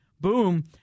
boom